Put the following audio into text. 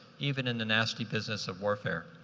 even in the nasty business of warfare.